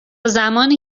زمانی